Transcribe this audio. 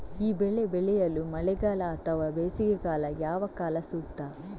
ಈ ಬೆಳೆ ಬೆಳೆಯಲು ಮಳೆಗಾಲ ಅಥವಾ ಬೇಸಿಗೆಕಾಲ ಯಾವ ಕಾಲ ಸೂಕ್ತ?